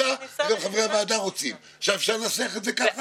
בטבריה חלה ירידה של 91% בכמות המשתתפים.